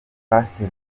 pasiteri